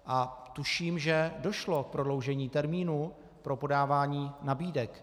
A tuším, že došlo k prodloužení termínu pro podávání nabídek.